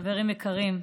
חברים יקרים,